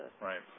Right